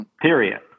Period